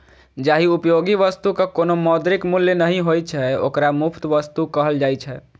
जाहि उपयोगी वस्तुक कोनो मौद्रिक मूल्य नहि होइ छै, ओकरा मुफ्त वस्तु कहल जाइ छै